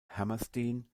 hammerstein